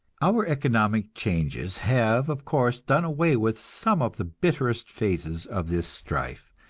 our economic changes have, of course, done away with some of the bitterest phases of this strife.